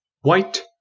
white